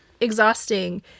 exhausting